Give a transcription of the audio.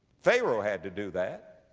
pharaoh had to do that.